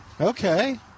Okay